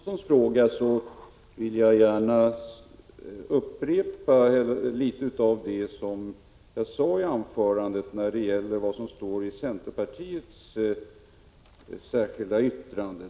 Herr talman! Som svar på Filip Fridolfssons fråga vill jag gärna upprepa litet av vad jag sade i mitt huvudanförande om det som står i centerpartiets särskilda yttrande.